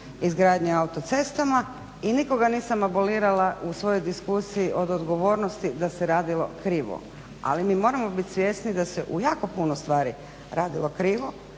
izgradnje autocestama i nikoga nisam abolirala u svojoj diskusiji od odgovornosti da se radilo krivo. Ali mi moramo bit svjesni da se u jako puno stvari radilo krivo